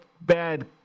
bad